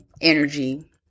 energy